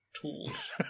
tools